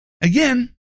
again